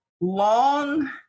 long